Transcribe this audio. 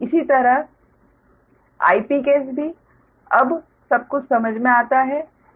इसी तरह Ip case भी अब सब कुछ समझ में आता है